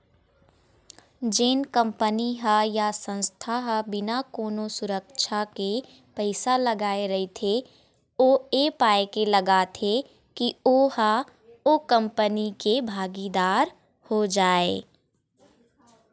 जेन कंपनी ह या संस्था ह बिना कोनो सुरक्छा के पइसा लगाय रहिथे ओ ऐ पाय के लगाथे के ओहा ओ कंपनी के भागीदार हो जाय